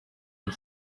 and